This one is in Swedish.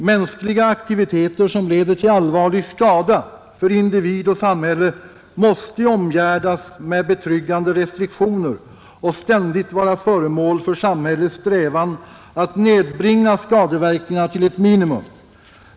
Mänskliga aktiviteter, som leder till allvarlig skada för individ och samhälle måste omgärdas med betryggande restriktioner och ständigt vara föremål för samhällets strävan att nedbringa skadeverkningarna till ett minimum.